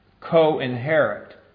co-inherit